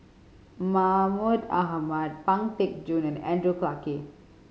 Mahmud Ahmad Pang Teck Joon and Andrew Clarke